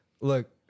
Look